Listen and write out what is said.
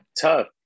tough